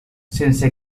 sense